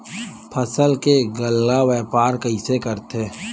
फसल के गल्ला व्यापार कइसे करथे?